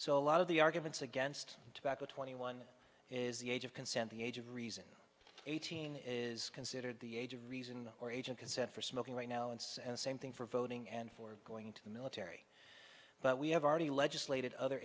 so a lot of the arguments against tobacco twenty one is the age of consent the age of reason eighteen is considered the age of reason or age of consent for smoking right now it's and same thing for voting and for going to the military but we have already legislated other